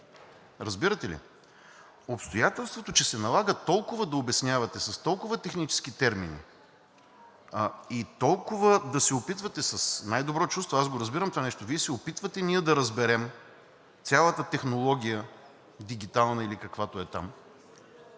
Разбирате ли? Обстоятелството, че се налага толкова да обяснявате, с толкова технически термини и толкова да се опитвате с най-добро чувство, аз го разбирам това нещо, Вие се опитвате ние да разберем цялата технология – дигитална или каквато е там,